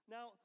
Now